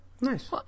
Nice